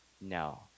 No